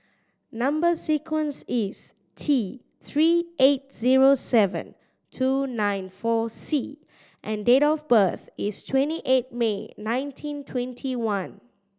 number sequence is T Three eight zero seven two nine four C and date of birth is twenty eight May nineteen twenty one